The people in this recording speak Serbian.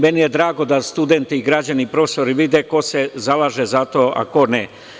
Meni je drago da studenti, građani i profesori vide ko se zalaže za to, a ko ne.